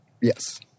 Yes